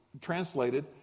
translated